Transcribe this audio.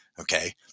Okay